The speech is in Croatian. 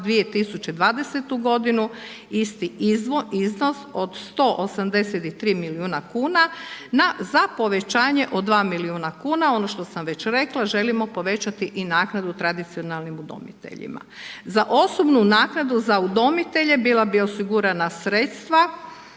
2020. g. isti iznos od 183 milijuna kn, na za povećanje od 2 milijuna kuna, ono što sam već rekla, želimo povećati i naknadu tradicionalnim udomiteljima. Za osobnu naknadu, za udomitelje, bila bi osigurana sredstva,